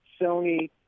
Sony